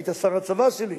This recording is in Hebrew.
היית שר הצבא שלי,